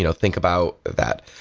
you know think about that.